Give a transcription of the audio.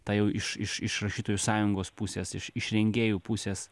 ta jau iš iš iš rašytojų sąjungos pusės iš iš rengėjų pusės